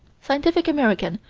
scientific american,